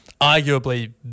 arguably